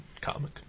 comic